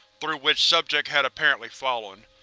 through which subject had apparently fallen.